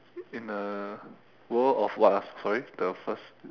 in a world of what ah sorry the first